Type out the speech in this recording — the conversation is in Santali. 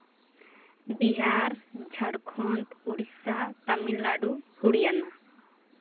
ᱵᱤᱦᱟᱨ ᱡᱷᱟᱲᱠᱷᱚᱰ ᱩᱲᱤᱥᱥᱟ ᱛᱟᱢᱤᱞᱱᱟᱲᱩ ᱦᱚᱨᱤᱭᱟᱱᱟ